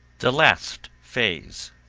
the last phase